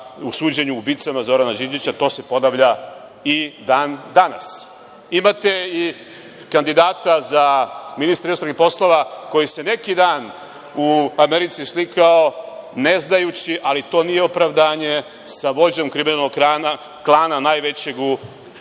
u suđenju ubicama Zorana Đinđića, to se ponavlja i dan danas. Imate i kandidata za ministra inostranih poslova koji se neki dan u Americi slikao ne znajući, ali to nije opravdanje, sa vođom kriminalnog klana najvećeg